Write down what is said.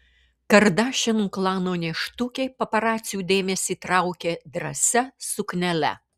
kardashianų klano nėštukė paparacių dėmesį traukė drąsia suknele